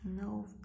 no